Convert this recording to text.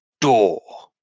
door